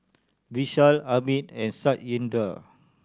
Vishal Amit and Satyendra